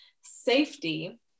safety